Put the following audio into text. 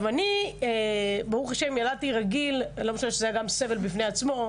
אני ילדתי רגיל, לא משנה שזה היה סבל בפני עצמו,